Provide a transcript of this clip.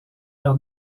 par